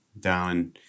down